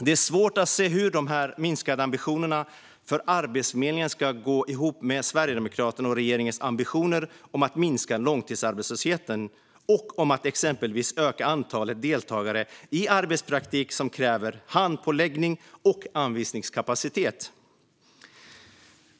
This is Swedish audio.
Det är svårt att se hur dessa minskade ambitioner för Arbetsförmedlingen ska gå ihop med Sverigedemokraternas och regeringens ambitioner om att minska långtidsarbetslösheten och om att exempelvis öka antalet deltagare i arbetspraktik som kräver handpåläggning och anvisningskapacitet.